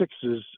sixes